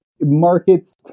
Markets